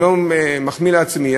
אני לא מחמיא לעצמי,